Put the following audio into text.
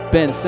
Ben